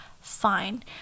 fine